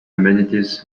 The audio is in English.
amenities